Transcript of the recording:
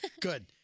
Good